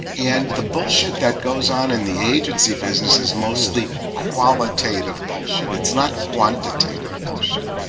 and the bullshit that goes on in the agency business is mostly qualitative bullshit. it's not quantitative bullshit.